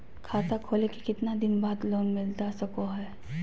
खाता खोले के कितना दिन बाद लोन मिलता सको है?